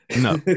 No